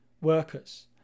workers